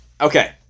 Okay